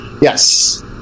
Yes